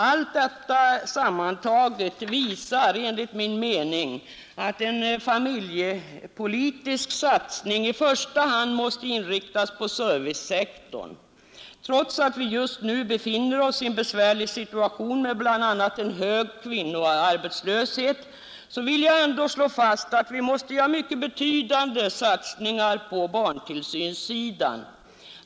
Allt detta sammantaget visar enligt min mening att en familjepolitisk satsning i första hand måste inriktas på servicesektorn. Trots att vi just nu befinner oss i en besvärlig situation med bl.a. hög kvinnoarbetslöshet vill jag slå fast att vi måste göra betydande satsningar på barntillsynssidan.